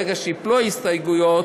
ברגע שייפלו ההסתייגויות,